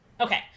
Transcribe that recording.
Okay